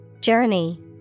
Journey